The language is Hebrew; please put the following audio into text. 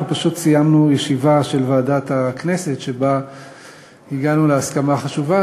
אנחנו פשוט סיימנו ישיבה של ועדת הכנסת שבה הגענו להסכמה חשובה,